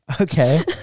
okay